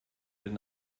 did